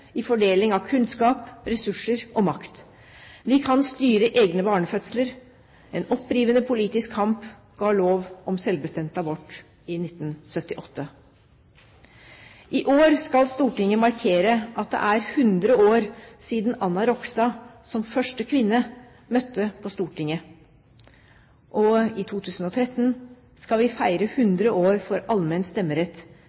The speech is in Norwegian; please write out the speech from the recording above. i fordeling av kunnskap, ressurser og makt. Vi kan styre egne barnefødsler. En opprivende politisk kamp ga lov om selvbestemt abort i 1978. I år skal Stortinget markere at det er 100 år siden Anna Rogstad som første kvinne møtte på Stortinget. I 2013 skal vi feire